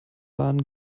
waren